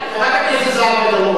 חברת הכנסת זהבה גלאון,